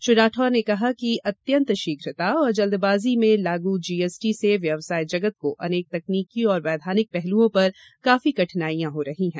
श्री राठौर ने कहा कि अत्यंत शीघ्रता एवं जल्दबाजी में लागू जीएसटी से व्यवसाय जगत को अनेक तकनीकी एवं वैधानिक पहलुओं पर काफी कठिनाई हो रही है